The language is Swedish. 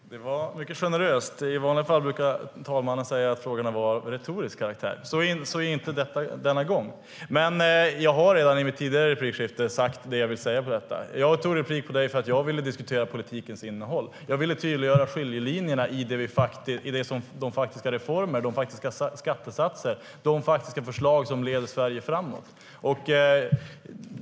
Herr talman! Det var mycket generöst. I vanliga fall brukar talmannen säga att frågorna får anses vara av retorisk karaktär, men så inte denna gång. Jag har dock redan, i mitt tidigare replikskifte, sagt det jag vill säga om detta. Jag begärde replik på Jörgen Hellman för att jag ville diskutera politikens innehåll. Jag ville tydliggöra skiljelinjerna i de faktiska reformer, skattesatser och förslag som leder Sverige framåt.